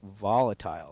volatile